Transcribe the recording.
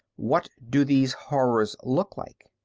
what do these horrors look like?